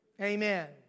Amen